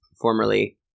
formerly